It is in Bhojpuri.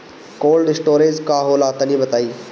कोल्ड स्टोरेज का होला तनि बताई?